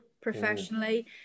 professionally